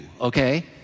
okay